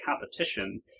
competition